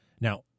Now